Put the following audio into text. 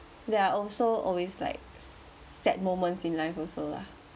there are also always like sad moments in life also lah